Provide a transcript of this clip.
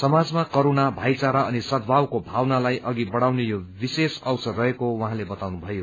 समाजमा करूणा भाईचारा अनि सद्भावको भावनालाई अघि बढ़ाउने यो विशेष अवसर रहेको उहाँले बताउनुभयो